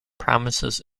promises